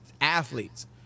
athletes